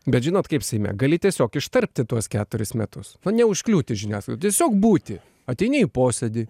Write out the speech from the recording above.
bet žinot kaip seime gali tiesiog ištarpti tuos keturis metus neužkliūti žiniasklaidai tiesiog būti ateini į posėdį